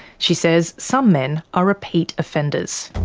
she says some men are repeat offenders.